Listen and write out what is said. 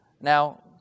Now